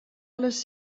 les